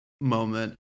moment